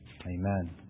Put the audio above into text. Amen